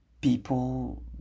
people